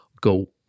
go